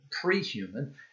pre-human